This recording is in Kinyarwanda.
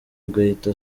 agahita